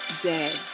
day